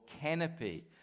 canopy